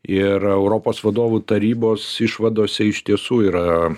ir europos vadovų tarybos išvadose iš tiesų yra